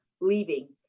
leaving